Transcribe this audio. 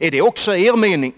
Är det också er mening?